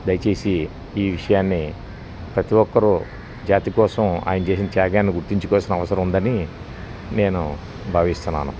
దయచేసి ఈ విషయాన్ని ప్రతి ఒక్కరూ జాతి కోసం ఆయన చేసిన త్యాగాన్ని గుర్తించుకోవలసిన అవసరం ఉందని నేను భావిస్తున్నాను